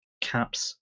Cap's